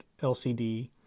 LCD